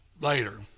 later